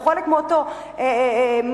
או חלק מאותו מנגנון,